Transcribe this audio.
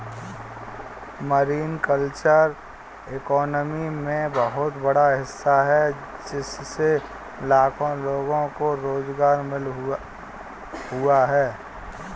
marine culture economy में बहुत बड़ा हिस्सा है इससे लाखों लोगों को रोज़गार मिल हुआ है